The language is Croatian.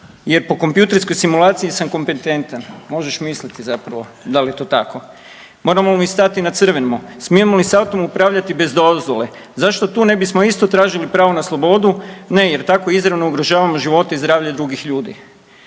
Jer po kompjuterskoj simulaciji sam kompetentan. Možeš misliti zapravo da li je to tako. Moramo li mi stati na crveno? Smijemo li s autom upravljati bez dozvole? Zašto tu ne bismo isto tražili pravo na slobodu? Ne, jer tako izravno ugrožavamo živote i zdravlje drugih ljudi.